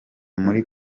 muri